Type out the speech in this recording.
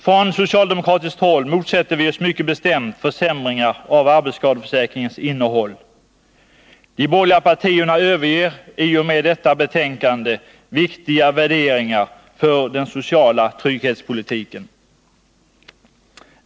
Från socialdemokratiskt håll motsätter vi oss mycket bestämt försämringar av arbetsskadeförsäkringens innehåll. De borgerliga partierna överger i och med detta betänkande viktiga värderingar för den sociala trygghetspolitiken.